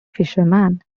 fisherman